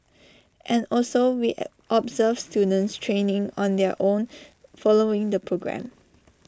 and also we observe students training on their own following the programme